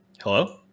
Hello